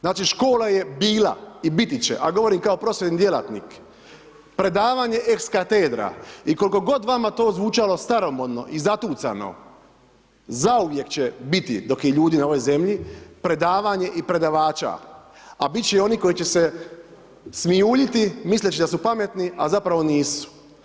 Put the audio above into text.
Znači škola je bila i biti će, a govorim kao prosvjetni djelatnik, predavanje ex katedra i koliko god vama to zvučalo staromodno i zatucano, zauvijek će biti dok je ljudi na ovoj Zemlji, predavanje i predavača a bit će i onih koji će se smijuljiti misleći da su pametni a zapravo nisu.